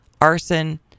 arson